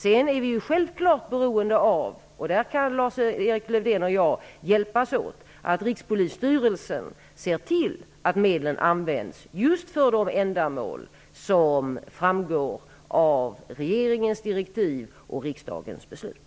Vi är självklart beroende av -- och där kan Lars-Erik Lövdén och jag hjälpas åt -- att Rikspolisstyrelsen ser till att medlen används just för de ändamål som framgår av regeringens direktiv och riksdagens beslut.